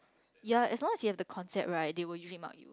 ya as long as you have the concept right they will usually mark you